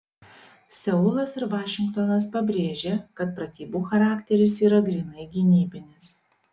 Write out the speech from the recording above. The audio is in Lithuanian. seulas ir vašingtonas pabrėžė kad pratybų charakteris yra grynai gynybinis